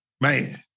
Man